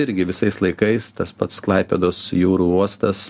irgi visais laikais tas pats klaipėdos jūrų uostas